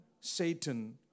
satan